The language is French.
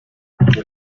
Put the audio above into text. nous